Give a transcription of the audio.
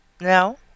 No